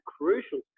crucial